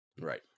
Right